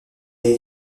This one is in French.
est